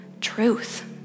truth